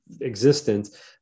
existence